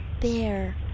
bear